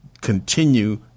continue